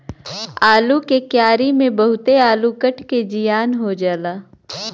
आलू के क्यारी में बहुते आलू कट के जियान हो जाला